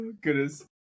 Goodness